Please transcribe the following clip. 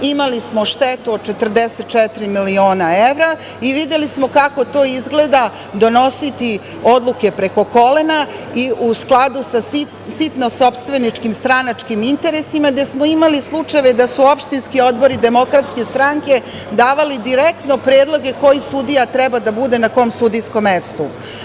Imali smo štetu od 44 miliona evra i videli smo kako to izgleda donositi odluke preko kolena i u skladu sa sitno sopstveničkim stranačkim interesima gde smo imali slučajeve da su opštinski odbori DS davali direktno predloge koje sudija treba da bude na kom sudijskom mestu.